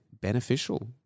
beneficial